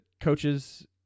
coaches